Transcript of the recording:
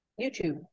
YouTube